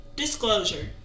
Disclosure